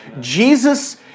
Jesus